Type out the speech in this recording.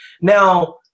Now